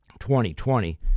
2020